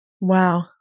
Wow